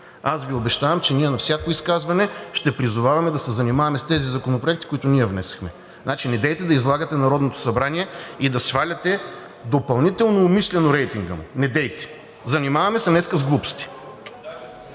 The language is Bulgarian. аз Ви обещавам, че ние на всяко изказване ще призоваваме да се занимаваме с тези законопроекти, които ние внесохме. Значи, недейте да излагате Народното събрание и да сваляте допълнително умишлено рейтинга му. Недейте! Занимаваме се днес с глупости.